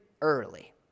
early